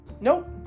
Nope